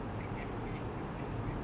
make them pay for your plastic bags